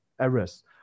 errors